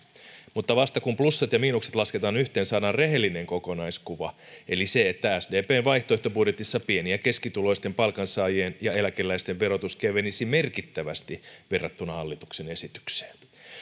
mutta vasta kun plussat ja miinukset lasketaan yhteen saadaan rehellinen kokonaiskuva eli se että sdpn vaihtoehtobudjetissa pieni ja keskituloisten palkansaajien ja eläkeläisten verotus kevenisi merkittävästi verrattuna hallituksen esitykseen